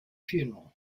funeral